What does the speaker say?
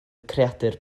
creadur